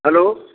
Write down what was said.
hello